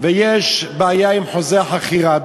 ויש בעיה עם חוזה החכירה,